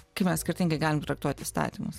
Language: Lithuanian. kaip mes skirtingai galim traktuoti įstatymus